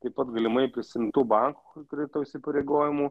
taip pat galimai prisiimtų bankų kreditų įsipareigojimų